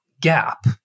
gap